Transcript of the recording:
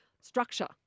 structure